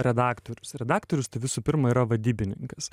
redaktorius redaktorius tai visų pirma yra vadybininkas